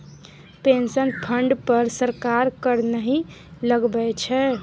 pension fund पर सरकार कर नहि लगबै छै